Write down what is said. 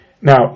Now